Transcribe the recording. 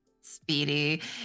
speedy